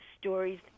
stories